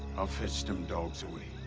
i'll fetch them dogs away.